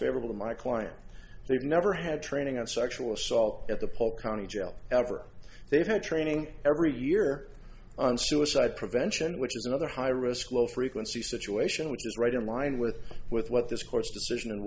favorable to my client they've never had training on sexual assault at the polk county jail ever they've been training every year on suicide prevention which is another high risk low frequency situation which is right in line with with what this court's decision